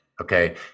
Okay